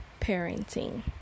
parenting